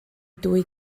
dwy